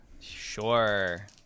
Sure